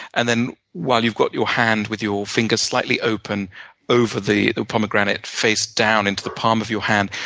and then while you've got your hand with your fingers slightly open over the pomegranate facedown in to the palm of your hand,